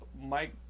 Mike